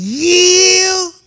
yield